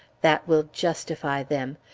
that will justify them!